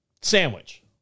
sandwich